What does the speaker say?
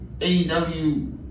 AEW